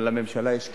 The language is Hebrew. אבל לממשלה יש כיוון,